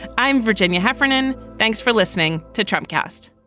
i'm virginia heffernan. thanks for listening to trump cast